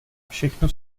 všechno